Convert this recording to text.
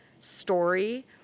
story